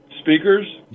speakers